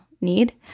need